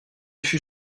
fut